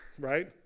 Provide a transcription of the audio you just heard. right